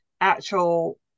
actual